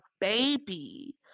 baby